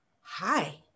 hi